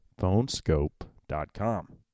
Phonescope.com